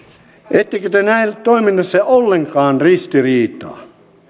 ettekö te näe toiminnassanne ollenkaan ristiriitaa